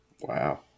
Wow